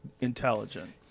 intelligent